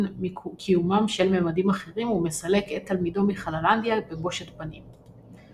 קיומם של ממדים אחרים ומסלק את תלמידו מחללנדיה בבושת פנים.